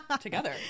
together